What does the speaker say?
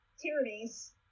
tyrannies